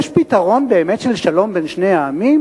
יש פתרון באמת של שלום בין שני העמים?